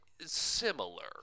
similar